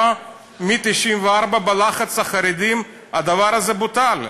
מ-1994, בלחץ החרדים, הדבר הזה בוטל.